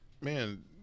man